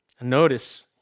Notice